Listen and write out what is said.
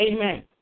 amen